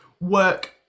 work